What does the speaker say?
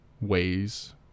ways